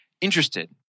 interested